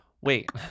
wait